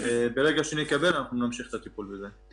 ברגע שנקבל, נמשיך את הטיפול בזה.